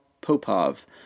Popov